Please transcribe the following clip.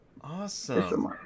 Awesome